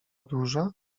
duża